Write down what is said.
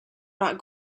not